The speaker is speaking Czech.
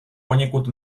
poněkud